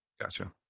Gotcha